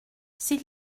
s’il